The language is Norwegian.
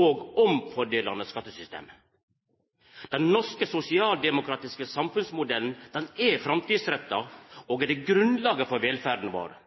og omfordelande skattesystem. Den norske sosialdemokratiske samfunnsmodellen er framtidsretta og legg grunnlaget for velferda vår.